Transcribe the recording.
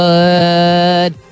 Good